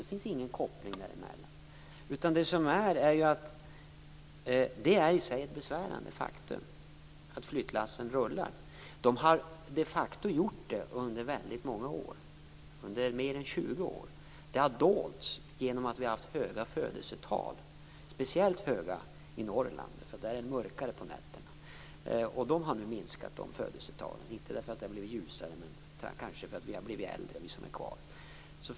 Det finns ingen koppling däremellan. Det är i sig ett besvärande faktum att flyttlassen rullar. Det har de facto gjort under väldigt många år - under mer än 20 år. Det har dolts genom att vi har haft höga födelsetal. Speciellt höga har de varit i Norrland, för där är det mörkare på nätterna. Födelsetalen har nu minskat. Det har inte skett för att det har blivit ljusare, men kanske för att vi som är kvar har blivit äldre.